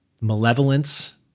malevolence